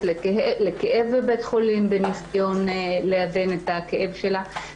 לכאב בבית החולים בניסיון לעדן את הכאב שלה.